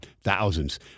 thousands